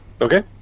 okay